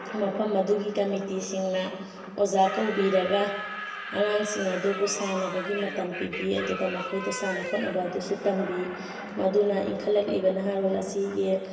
ꯃꯐꯝ ꯑꯗꯨꯒꯤ ꯀꯝꯃꯤꯠꯇꯤ ꯁꯤꯡꯅ ꯑꯣꯖꯥ ꯀꯧꯕꯤꯔꯒ ꯑꯉꯥꯡꯁꯤꯡ ꯑꯗꯨꯕꯨ ꯁꯥꯟꯅꯕꯒꯤ ꯃꯇꯝ ꯄꯤꯕꯤ ꯑꯗꯨꯒ ꯃꯈꯣꯏꯗ ꯁꯥꯟꯅ ꯈꯣꯠꯅꯕ ꯑꯗꯨꯁꯨ ꯇꯝꯕꯤ ꯃꯗꯨꯅ ꯏꯟꯈꯠꯂꯛꯂꯤꯕ ꯅꯍꯥꯔꯣꯜ ꯑꯁꯤꯒꯤ